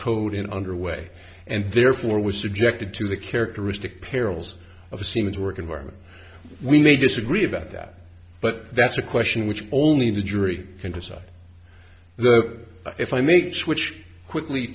towed in under way and therefore was subjected to the characteristic perils of a siemens work environment we may disagree about that but that's a question which only the jury can decide if i make the switch quickly